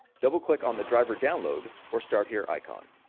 double-click on the driver download or start here icon